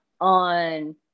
on